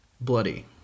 bloody